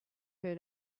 her